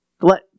let